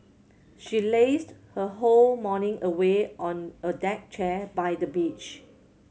she lazed her whole morning away on a deck chair by the beach